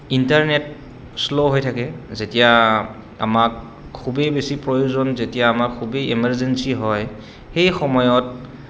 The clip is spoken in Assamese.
ইণ্টাৰনেট শ্ল' হৈ থাকে যেতিয়া আমাক খুবেই বেছি প্ৰয়োজন যেতিয়া আমাক খুবেই ইমাৰ্জেঞ্চি হয় সেই সময়ত